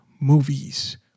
movies